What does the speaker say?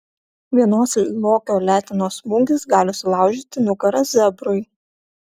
vienos lokio letenos smūgis gali sulaužyti nugarą zebrui